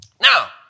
Now